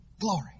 Glory